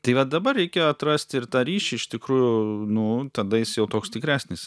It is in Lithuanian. tai va dabar reikia atrasti ir tą ryšį iš tikrųjų nu tada jis jau toks tikresnis